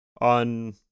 on